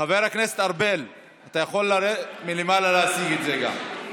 חבר הכנסת ארבל, אתה יכול להציג את זה גם מלמעלה.